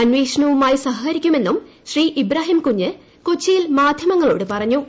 അന്വേഷണവുമായി സഹകരിക്കുമെന്നും ഇബ്രാഹിംകൂഞ്ഞ് കൊച്ചിയിൽ മാധ്യമങ്ങളോട് പറഞ്ഞു